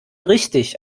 richtig